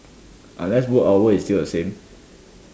unless work hour is still the same